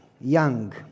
young